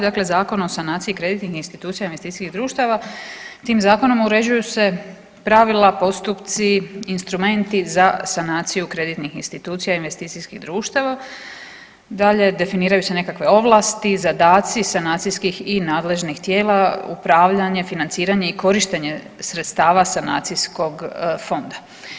Dakle, Zakon o sanaciji kreditnih institucija i investicijskih društava tim zakonom uređuju se pravila, postupci, instrumenti za sanaciju kreditnih institucija i investicijskih društava, dalje definiraju se nekakve ovlasti i zadaci sanacijskih i nadležnih tijela, upravljanje, financiranje i korištenje sredstava sanacijskog fonda.